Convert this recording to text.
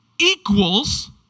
equals